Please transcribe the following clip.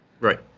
Right